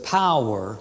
power